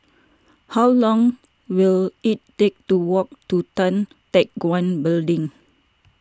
how long will it take to walk to Tan Teck Guan Building